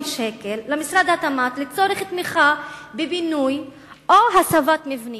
שקל למשרד התמ"ת לצורך תמיכה בבינוי או בהסבת מבנים.